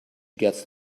gets